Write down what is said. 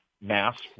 mass